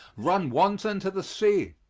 run wanton to the sea.